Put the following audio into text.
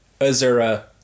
Azura